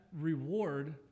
reward